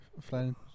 Flying